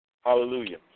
Hallelujah